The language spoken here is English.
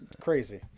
crazy